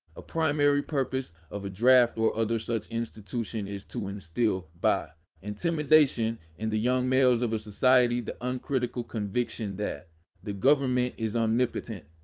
a primary purpose of a draft or other such institution is to instill, by intimidation, in the young males of a society the uncritical conviction that the government is omnipotent.